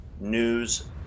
news